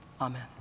Amen